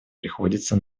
приходится